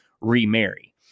remarry